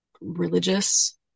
religious